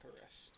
arrest